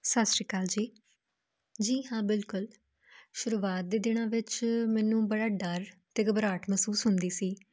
ਸਤਿ ਸ਼੍ਰੀ ਅਕਾਲ ਜੀ ਜੀ ਹਾਂ ਬਿਲਕੁਲ ਸ਼ੁਰੂਆਤ ਦੇ ਦਿਨਾਂ ਵਿੱਚ ਮੈਨੂੰ ਬੜਾ ਡਰ ਅਤੇ ਘਬਰਾਹਟ ਮਹਿਸੂਸ ਹੁੰਦੀ ਸੀ